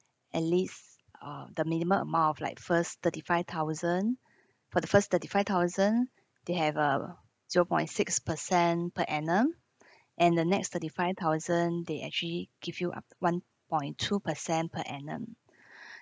at least uh the minimum amount of like first thirty five thousand for the first thirty five thousand they have a zero point six percent per annum and the next thirty five thousand they actually give you up one point two percent per annum